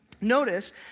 notice